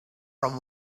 from